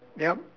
yup